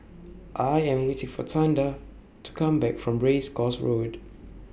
I Am waiting For Tonda to Come Back from Race Course Road